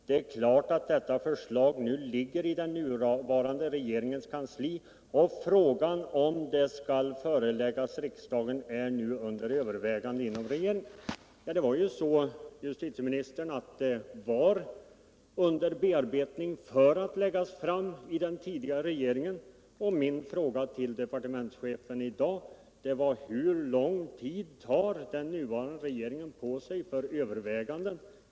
Det är klart att detta förslag nu ligger i den nuvarande regeringens kansli, och frågan om det skall föreläggas riksdagen är nu under övervägande inom regeringen.” Det var ju så, justitieminister Romanus, att förslaget var under bearbetning för att läggas fram av den tidigare regeringen, och min fråga till departementschefen i dag var: Hur lång tid tar den nuvarande regeringen på sig för övervägande?